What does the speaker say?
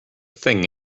thing